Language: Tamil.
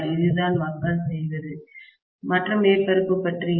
இதுதான் மக்கள் செய்வது மாணவர் 3053 மற்ற மேற்பரப்பு பற்றி என்ன